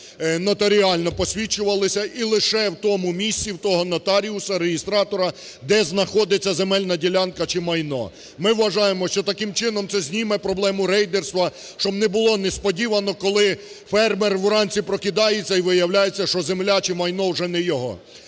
нотаріально посвідчувалися і лише в тому місці, в того нотаріуса, реєстратора, де знаходиться земельна ділянка чи майно. Ми вважаємо, що таким чином це зніме проблему рейдерства, щоб не було несподіванок, коли фермер вранці прокидається і виявляється, що земля чи майно вже не його.